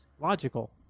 logical